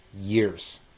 years